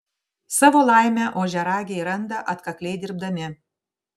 savo laimę ožiaragiai randa atkakliai dirbdami